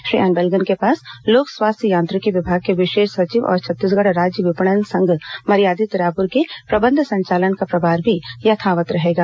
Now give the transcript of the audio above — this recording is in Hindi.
श्री अन्बलगन के पास लोक स्वास्थ्य यांत्रिकी विभाग के विशेष सचिव और छत्तीसगढ़ राज्य विपणन संघ मर्यादित रायपुर के प्रबंध संचालक का प्रभार भी यथावत् रहेगा